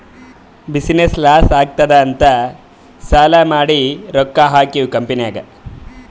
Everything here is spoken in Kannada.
ಬಿಸಿನ್ನೆಸ್ ಲಾಸ್ ಆಲಾತ್ತುದ್ ಅಂತ್ ಸಾಲಾ ಮಾಡಿ ರೊಕ್ಕಾ ಹಾಕಿವ್ ಕಂಪನಿನಾಗ್